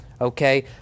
Okay